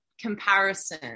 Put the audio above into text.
comparison